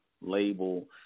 label